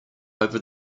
over